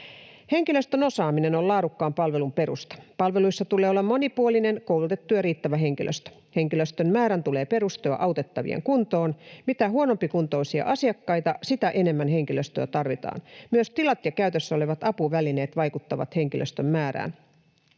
Henkilöstön osaaminen on laadukkaan palvelun perusta. Palveluissa tulee olla monipuolinen, koulutettu ja riittävä henkilöstö. Henkilöstön määrän tulee perustua autettavien kuntoon. Mitä huonompikuntoisia asiakkaita, sitä enemmän henkilöstöä tarvitaan. Myös tilat ja käytössä olevat apuvälineet vaikuttavat henkilöstön määrään.